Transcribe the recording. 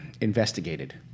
investigated